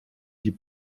die